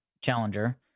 challenger